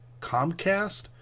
Comcast